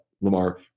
Lamar